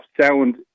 sound